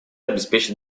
обеспечит